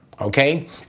Okay